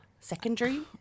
Secondary